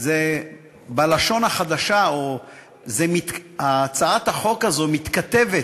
בלשון החדשה, הצעת החוק הזו מתכתבת,